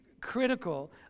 critical